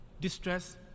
distress